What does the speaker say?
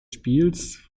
spiels